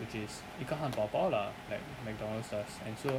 which is 一个汉堡包 lah like McDonald's sells and so